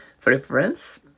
preference